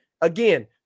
again